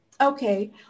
Okay